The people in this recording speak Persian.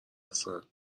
هستن